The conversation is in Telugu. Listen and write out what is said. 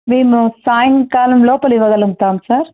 మేము సాయంకాలం లోపల ఇవ్వగలుగుతాం సార్